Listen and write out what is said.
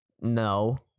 No